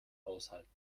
aushalten